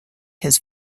his